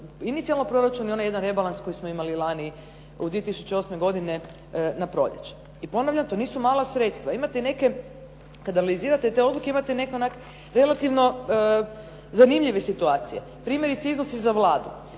inicijalni proračun i onaj jedan rebalans koji smo imali lani 2008. godine na proljeće. I ponavljam to nisu mala sredstva. Imate i neke, kad analizirate te odluke imate neke onako relativno zanimljive situacije. Primjerice iznosi za Vladu.